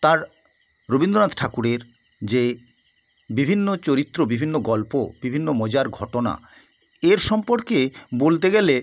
তাঁর রবীন্দ্রনাথ ঠাকুরের যে বিভিন্ন চরিত্র বিভিন্ন গল্প বিভিন্ন মজার ঘটনা এর সম্পর্কে বলতে গেলে